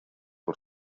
por